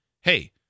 hey